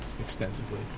extensively